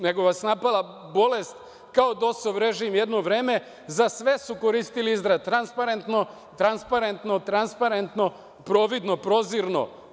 Nego vas napala bolest, kao DOS-ov režim jedno vreme i za sve su koristili izraz „transparentno“, „transparentno“, „transparentno“, „providno“, „prozirno“